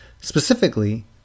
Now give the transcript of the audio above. Specifically